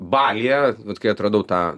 balyje kai atradau tą